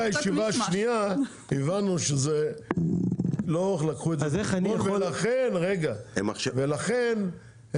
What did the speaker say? אחרי הישיבה השנייה הבנו שלא לקחו את זה בחשבון ולכן הם